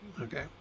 Okay